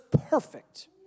perfect